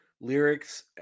lyrics